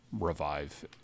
revive